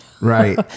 right